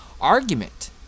argument